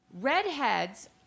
redheads